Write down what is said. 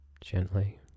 gently